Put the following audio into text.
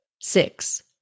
Six